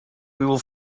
will